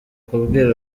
kubwira